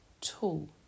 tool